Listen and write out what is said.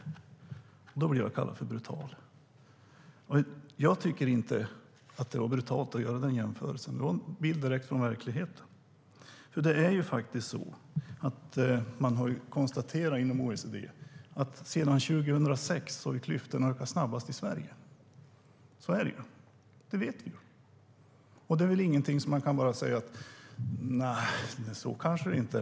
Då blev jag kallad brutal. Jag tycker inte att det var brutalt att göra den jämförelsen. Det var en bild direkt från verkligheten. OECD har konstaterat att klyftorna har ökat snabbast i Sverige sedan 2006. Så är det ju - det vet vi. Man kan väl inte bara säga att det kanske inte är så.